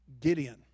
Gideon